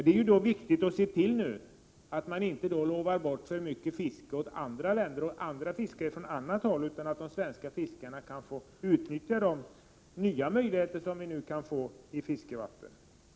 Det är då viktigt att man nu ser till att inte alltför mycket fiske lovas bort till andra länders fiskare, så att de svenska fiskarna får utnyttja de nya möjligheter till fiskevatten som nu öppnar sig.